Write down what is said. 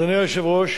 אדוני היושב-ראש,